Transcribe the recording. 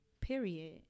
Period